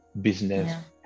business